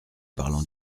parlant